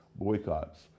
boycotts